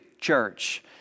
church